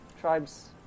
Tribes